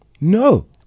No